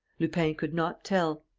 lupin could not tell.